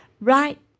right